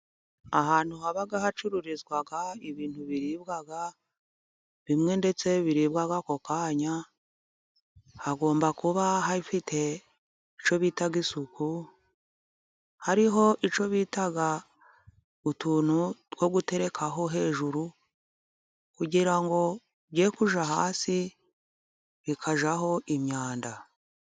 Ahantu haba hacururizwa ibintu biribwa, bimwe ndetse biribwa ako kanya, hagomba kuba hafite icyo bita isuku, hariho icyo bita utuntu two guterekaho hejuru, kugira ngo byere kujya hasi bikajyaho imyanda.